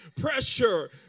Pressure